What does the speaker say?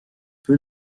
peu